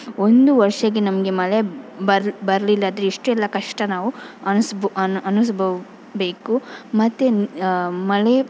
ಒಂದು ವರ್ಷಕ್ಕೆ ನಮಗೆ ಮಳೆ ಬರ್ ಬರಲಿಲ್ಲಾದರೆ ಇಷ್ಟೆಲ್ಲ ಕಷ್ಟ ನಾವು ಅನುಸ್ ಅನುಭೌಸ್ ಬೇಕು ಮತ್ತು ಮಳೆ